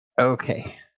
Okay